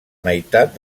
meitat